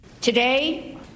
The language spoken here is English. Today